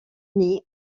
été